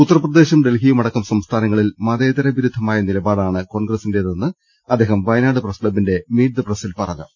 ഉത്തർപ്രദേശും ഡൽഹി യുമടക്കം സംസ്ഥാനങ്ങളിൽ മതേതര വിരുദ്ധമായ നിലപാടാണ് കോൺഗ്രസിന്റേതെന്നും അദ്ദേഹം വയനാട് പ്രസ് ക്ലബ്ബിന്റെ മീറ്റ് ദി പ്രസ്സിൽ പറഞ്ഞു